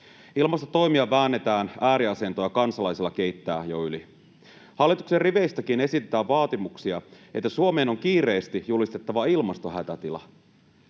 Ilmastotoimia väännetään ääriasentoon, ja kansalaisilla keittää jo yli. Hallituksen riveistäkin esitetään vaatimuksia, että Suomeen on kiireesti julistettava ilmastohätätila.